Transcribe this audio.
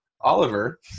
Oliver